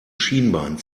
schienbein